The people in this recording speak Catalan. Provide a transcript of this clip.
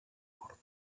port